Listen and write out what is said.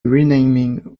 renaming